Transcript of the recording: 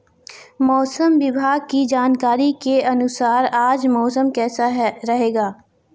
मौसम विभाग की जानकारी के अनुसार आज मौसम कैसा रहेगा?